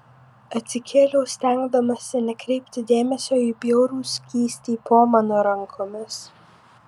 atsikėliau stengdamasi nekreipti dėmesio į bjaurų skystį po mano rankomis